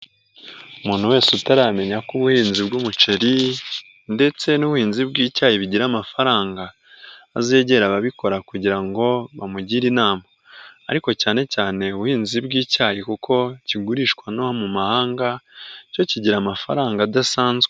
Umuntu wese utaramenya ko ubuhinzi bw'umuceri ndetse n'ubuhinzi bw'icyayi bigira amafaranga azegera ababikora kugira ngo bamugire inama ariko cyane cyane ubuhinzi bw'icyayi kuko kigurishwa no mu mahanga cyo kigira amafaranga adasanzwe.